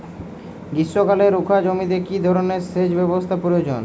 গ্রীষ্মকালে রুখা জমিতে কি ধরনের সেচ ব্যবস্থা প্রয়োজন?